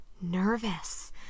nervous